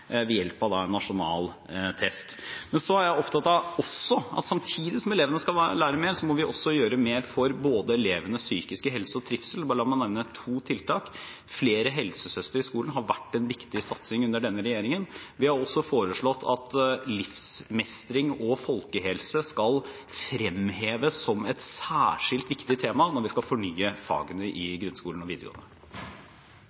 ved hjelp av nasjonal test. Jeg er også opptatt av at samtidig som elevene skal lære mer, må vi gjøre mer for elevenes psykiske helse og trivsel. La meg nevne to tiltak: Flere helsesøstre i skolen har vært en viktig satsing under denne regjeringen. Vi har også foreslått at livsmestring og folkehelse skal fremheves som et særskilt viktig tema når vi skal fornye fagene i